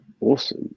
awesome